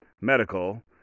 medical